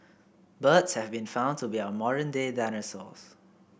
birds have been found to be our modern day dinosaurs